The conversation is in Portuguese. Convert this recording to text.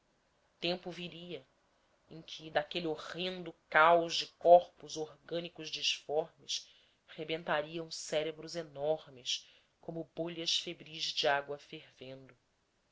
tempo viria em que daquele horrendo caos de corpos orgânicos disformes rebentariam cérebros enormes como bolhas febris de água fervendo